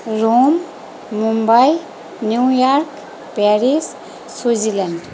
Rome Mumbai New York Paris Switzerland